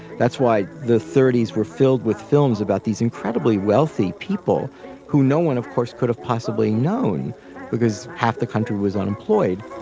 that's why the thirty s were filled with films about these incredibly wealthy people who no one, of course could have possibly known because half the country was unemployed